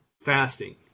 fasting